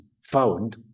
found